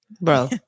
bro